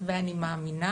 ואני מאמינה